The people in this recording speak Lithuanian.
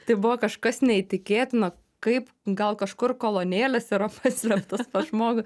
tai buvo kažkas neįtikėtino kaip gal kažkur kolonėlės yra paslėptos pas žmogų